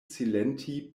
silenti